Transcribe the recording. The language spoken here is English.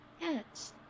Yes